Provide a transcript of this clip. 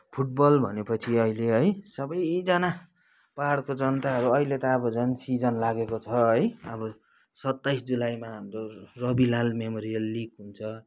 football भने पछि अहिले है सबैजना पाहाडको जनताहरू अहिले त अब झन् सिजन लागेको छ है अब सत्ताइस जुलाईमा हाम्रो रबिलाल मेमोरियल लिग हुन्छ